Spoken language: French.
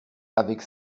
avec